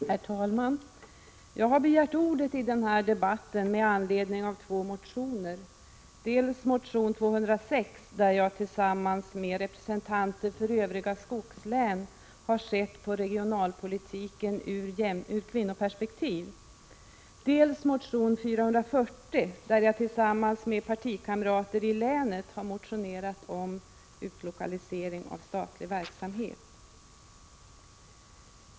Herr talman! Jag har begärt ordet i denna debatt med anledning av två motioner, dels motion 206 där jag tillsammans med representanter för övriga skogslän har sett på regionalpolitiken ur kvinnoperspektiv, dels motion 440, där jag tillsammans med partikamrater i länet har motionerat om utlokalisering av statlig verksamhet.